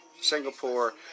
Singapore